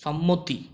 সম্মতি